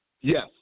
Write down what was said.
Yes